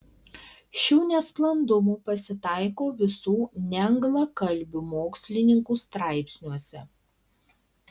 šių nesklandumų pasitaiko visų neanglakalbių mokslininkų straipsniuose